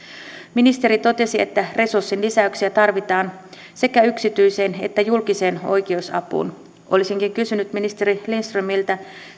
ministeri totesi että resurssinlisäyksiä tarvitaan sekä yksityiseen että julkiseen oikeus apuun olisinkin kysynyt ministeri lindströmiltä